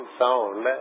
sound